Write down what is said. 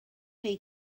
chi